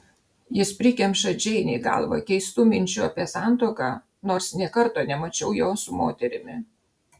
jis prikemša džeinei galvą keistų minčių apie santuoką nors nė karto nemačiau jo su moterimi